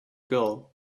girl